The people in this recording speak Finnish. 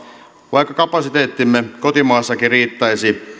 vaikka kapasiteettimme kotimaassakin riittäisi